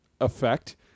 effect